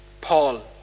Paul